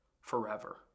forever